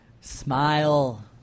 Smile